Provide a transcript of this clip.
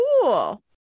cool